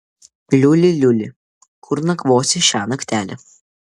liuli liuli kur nakvosi šią naktelę